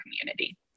community